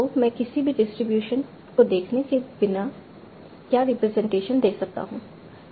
तो मैं किसी भी डिस्ट्रीब्यूशन को देखने के बिना क्या रिप्रेजेंटेशन दे सकता हूं